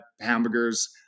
hamburgers